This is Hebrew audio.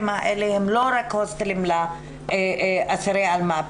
האלה הם לא רק הוסטלים לאסירי אלמ"ב,